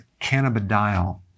cannabidiol